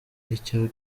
icyo